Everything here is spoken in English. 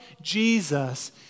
Jesus